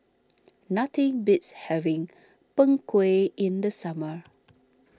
nothing beats having Png Kueh in the summer